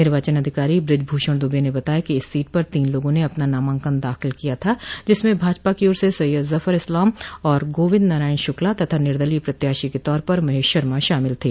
निर्वाचन अधिकारी ब्रज भूषण दुबे ने बताया कि इस सीट पर तीन लोगों ने अपना नामांकन दाखिल किया था जिसमें भाजपा की ओर से सैय्यद जफर इस्लाम और गोविन्द नारायण श्रक्ला तथा निर्दलीय प्रत्याशी के तौर पर महेश शर्मा शामिल थे